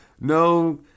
no